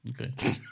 Okay